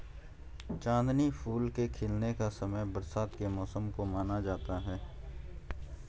चांदनी फूल के खिलने का समय बरसात के मौसम को माना जाता है